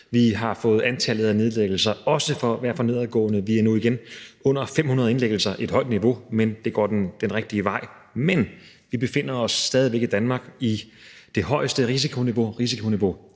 vi har også fået antallet af indlæggelser til at være for nedadgående. Vi er nu igen under 500 indlæggelser, et højt niveau, men det går den rigtige vej. Men vi befinder os i Danmark stadig væk i det højeste risikoniveau – risikoniveau